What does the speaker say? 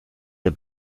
der